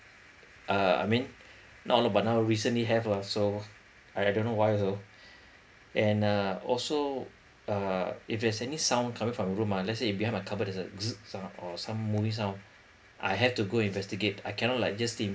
uh I mean not a lot but now recently have lah so I I don't know why also and uh also uh if there's any sound coming from your room ah let say behind my cupboard there's a sound or some moving sound I have to go investigate I cannot like just sleep